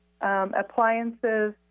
appliances